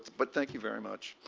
but thank you very much.